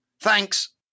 Thanks